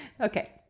Okay